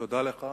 תודה לך.